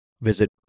visit